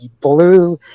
blue